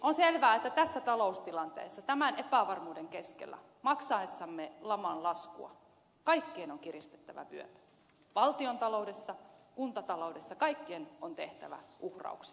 on selvää että tässä taloustilanteessa tämän epävarmuuden keskellä maksaessamme laman laskua kaikkien on kiristettävä vyötä valtiontaloudessa kuntataloudessa kaikkien on tehtävä uhrauksia